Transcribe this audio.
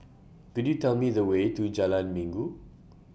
Could YOU Tell Me The Way to Jalan Minggu